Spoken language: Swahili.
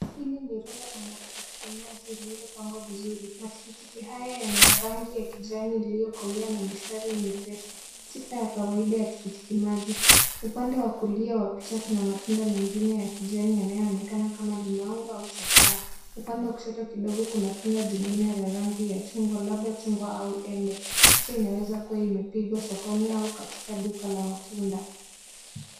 Hili ni rundi la matikiti maji lililopangwa vizuri. Matikiti haya yana rangi ya kijani iliokolea na mistari nyepesi, sifa ya kawaida ya matikiti maji. Upande wa kulia wa picha kuna matunda mengine ya kijani yanaonekana kama limau au chokaa, upande wa kushoto kidogo kuna tunda jingine ya rangi ya chungwa labda chungwa au embe. Picha inaweza kuwa imepikwa sokoni au katika duka la matunda.